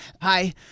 Hi